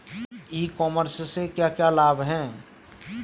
ई commerce से क्या क्या लाभ हैं?